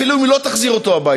אפילו אם היא לא תחזיר אותו הביתה,